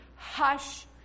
hush